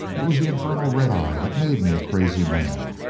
it was the infernal red-eye that made me a crazy man.